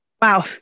Wow